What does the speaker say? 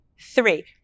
three